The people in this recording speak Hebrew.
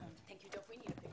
אבכה.